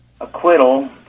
acquittal